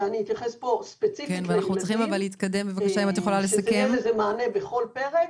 ואני אתייחס פה ספציפית לילדים שיהיה לזה מענה בכל פרק,